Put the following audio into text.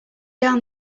down